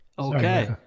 Okay